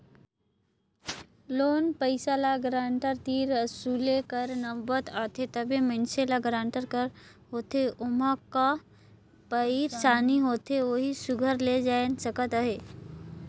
loan पइसा ल guarantor तीर वसूले कर नउबत आथे तबे मइनसे ल गारंटर का होथे ओम्हां का पइरसानी होथे ओही सुग्घर ले जाएन सकत अहे